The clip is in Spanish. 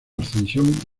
ascensión